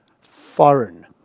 foreign